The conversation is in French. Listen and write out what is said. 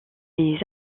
les